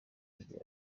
agira